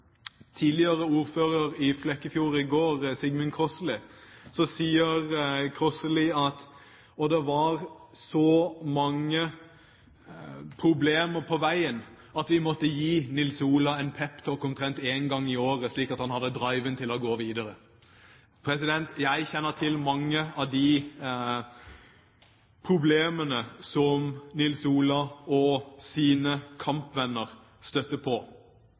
tidligere ordfører i Flekkefjord Sigmund Kroslid i går, sa han at det var så mange problemer på veien at de måtte gi Nils Olav en peptalk omtrent en gang i året, slik at han hadde driven til å gå videre. Jeg kjenner til mange av de problemene som Nils Olav og hans kampvenner støtte på.